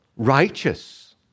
righteous